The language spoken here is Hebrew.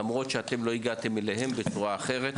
למרות שאתם לא הגעתם אליהם בצורה אחרת.